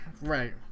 Right